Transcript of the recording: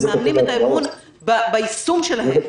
אתם מאבדים את האמון ביישום שלהן.